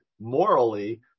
morally –